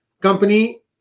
company